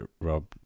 Rob